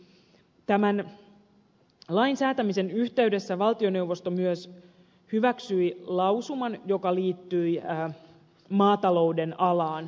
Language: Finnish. tämän lain säätämisen yhteydessä valtioneuvosto myös hyväksyi lausuman joka liittyi maatalouden alaan